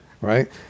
Right